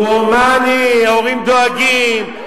הוא הומני, הורים דואגים.